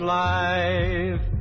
life